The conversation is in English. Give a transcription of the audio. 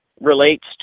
relates